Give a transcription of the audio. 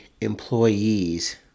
employees